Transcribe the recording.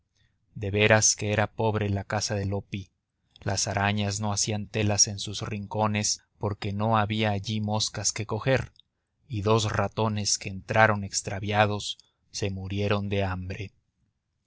de veras que era pobre la casa de loppi las arañas no hacían telas en sus rincones porque no había allí moscas que coger y dos ratones que entraron extraviados se murieron de hambre